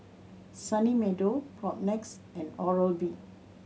Sunny Meadow Propnex and Oral B